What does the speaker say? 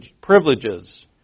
privileges